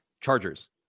chargers